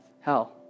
hell